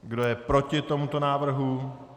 Kdo je proti tomuto návrhu?